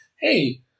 hey